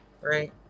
Right